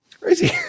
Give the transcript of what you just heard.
crazy